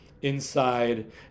inside